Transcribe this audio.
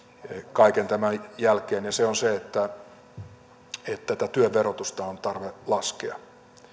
kaiken tämän jälkeen ja se on se että työn verotusta on tarve laskea